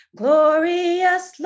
glorious